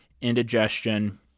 indigestion